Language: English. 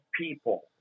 people